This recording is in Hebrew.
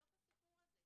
בתוך הסיפור הזה,